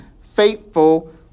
faithful